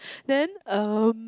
then um